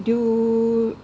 do